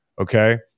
Okay